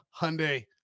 hyundai